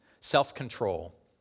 self-control